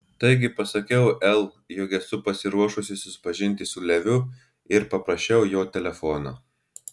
taigi pasakiau el jog esu pasiruošusi susipažinti su leviu ir paprašiau jo telefono